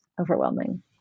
overwhelming